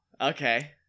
Okay